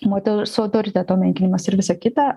moters autoriteto menkinimas ir visa kita